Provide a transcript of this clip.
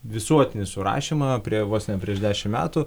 visuotinį surašymą prie vos ne prieš dešimt metų